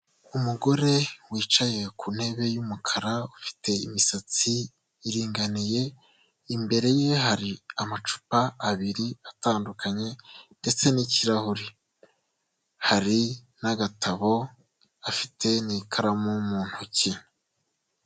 Umugore wicaye ku ntebe y'umukara, ufite imisatsi iringaniye, imbere ye hari amacupa abiri atandukanye ndetse n'ikirahure, hari n'agatabo, afite n'ikaramu mu ntoki.